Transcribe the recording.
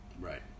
Right